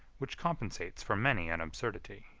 which compensates for many an absurdity.